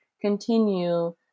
continue